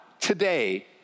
today